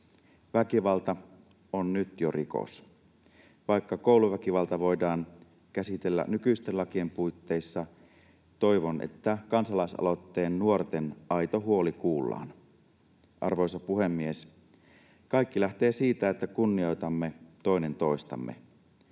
Väkivalta on jo nyt rikos. Vaikka kouluväkivalta voidaan käsitellä nykyisten lakien puitteissa, toivon, että kansalaisaloitteen nuorten aito huoli kuullaan. Arvoisa puhemies! Kaikki lähtee siitä, että kunnioitamme toinen toistamme.